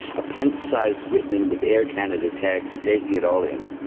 a pint sized whitman with air canada tags taking it all in.